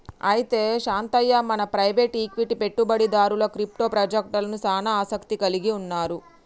అయితే శాంతయ్య మన private equity పెట్టుబడిదారులు క్రిప్టో పాజెక్టలకు సానా ఆసత్తి కలిగి ఉన్నారు